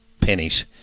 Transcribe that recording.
pennies